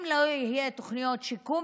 אם לא יהיו תוכניות שיקום,